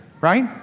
right